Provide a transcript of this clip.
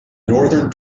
northern